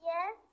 Yes